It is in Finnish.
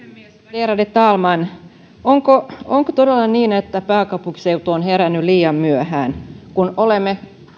värderade talman onko todella niin että pääkaupunkiseutu on herännyt liian myöhään kun olemme